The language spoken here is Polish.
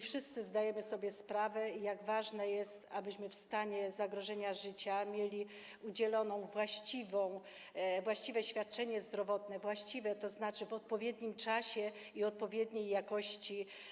Wszyscy zdajemy sobie sprawę, jak ważne jest, abyśmy w stanie zagrożenia życia mieli udzielone właściwe świadczenie zdrowotne, właściwe, tzn. w odpowiednim czasie i odpowiedniej jakości.